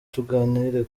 tuganire